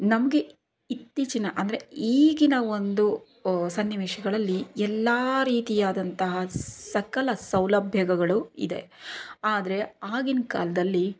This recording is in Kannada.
ನಮಗೆ ಇತ್ತೀಚಿನ ಅಂದರೆ ಈಗಿನ ಒಂದು ಸನ್ನಿವೇಶಗಳಲ್ಲಿ ಎಲ್ಲ ರೀತಿಯಾದಂತಹ ಸಕಲ ಸೌಲಭ್ಯಗಳು ಇದೆ ಆದರೆ ಆಗಿನ ಕಾಲದಲ್ಲಿ